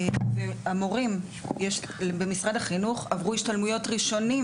המורים במשרד החינוך עברו השתלמויות ראשונים